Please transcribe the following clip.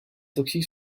toxiques